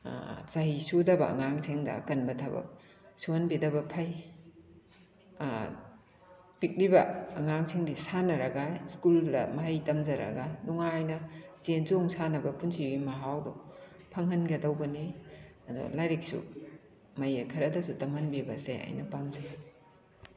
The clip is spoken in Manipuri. ꯆꯍꯤ ꯁꯨꯗꯕ ꯑꯉꯥꯡꯁꯤꯡꯗ ꯑꯀꯟꯕ ꯊꯕꯛ ꯁꯨꯍꯟꯕꯤꯗꯕ ꯐꯩ ꯄꯤꯛꯂꯤꯕ ꯑꯉꯥꯡꯁꯤꯡꯗꯤ ꯁꯥꯟꯅꯔꯒ ꯁ꯭ꯀꯨꯜꯗ ꯃꯍꯩ ꯇꯝꯖꯔꯒ ꯅꯨꯡꯉꯥꯏꯅ ꯆꯦꯟ ꯆꯣꯡ ꯁꯥꯟꯅꯕ ꯄꯨꯟꯁꯤꯒꯤ ꯃꯍꯥꯎꯗꯣ ꯐꯪꯍꯟꯒꯗꯧꯕꯅꯤ ꯑꯗꯣ ꯂꯥꯏꯔꯤꯛꯁꯨ ꯃꯌꯦꯛ ꯈꯔꯗꯁꯨ ꯇꯝꯍꯟꯕꯤꯕꯁꯦ ꯑꯩꯅ ꯄꯥꯝꯖꯩ